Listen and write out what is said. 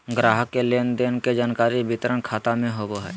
ग्राहक के लेन देन के जानकारी वितरण खाता में होबो हइ